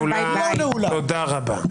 תודה רבה.